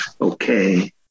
okay